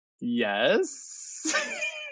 yes